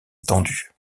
étendu